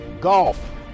golf